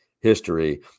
history